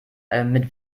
mit